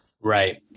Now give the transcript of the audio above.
Right